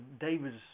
David's